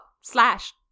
Slash